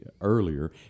earlier